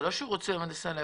זה לא שהוא רוצה לסלק אותך.